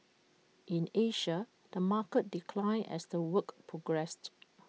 in Asia the market declined as the week progressed